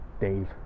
Dave